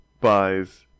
buys